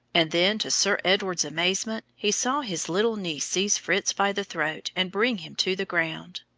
and then, to sir edward's amazement, he saw his little niece seize fritz by the throat and bring him to the ground.